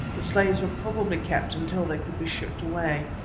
the slaves were probably kept until they could be shipped away.